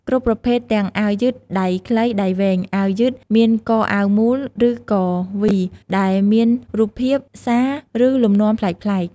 គ្រប់ប្រភេទទាំងអាវយឺតដៃខ្លី ដៃវែង អាវយឺតមានកអាវមូល ឬកវី ដែលមានរូបភាព សារ ឬលំនាំប្លែកៗ។